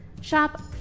Shop